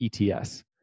ETS